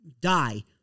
die